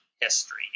history